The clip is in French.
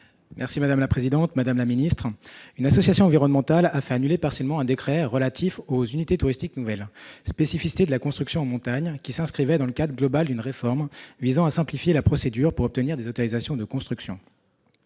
les collectivités territoriales. Une association environnementale a fait annuler partiellement un décret relatif aux unités touristiques nouvelles (UTN), spécificité de la construction en montagne, qui s'inscrivait dans le cadre global d'une réforme visant à simplifier la procédure pour obtenir des autorisations de construction.